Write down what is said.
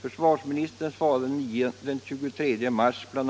Försvarsministern svarade den 23 mars bl.